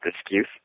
excuse